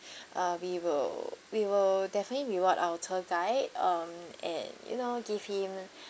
uh we will we will definitely reward our tour guide um at you know give him